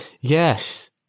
Yes